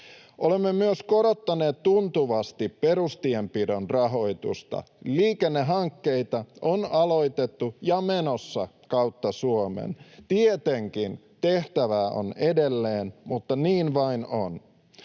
Olemme myös korottaneet tuntuvasti perustienpidon rahoitusta. Liikennehankkeita on aloitettu ja menossa kautta Suomen. Tietenkin tehtävää on edelleen, mutta niin vain on.